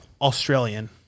Australian